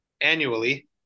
annually